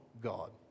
God